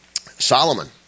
Solomon